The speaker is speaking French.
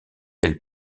elle